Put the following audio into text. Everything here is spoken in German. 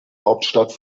hauptstadt